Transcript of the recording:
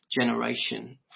generation